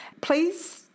Please